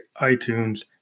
iTunes